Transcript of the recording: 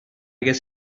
guess